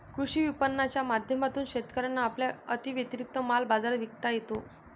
कृषी विपणनाच्या माध्यमातून शेतकऱ्यांना आपला अतिरिक्त माल बाजारात विकता येतो